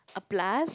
a plus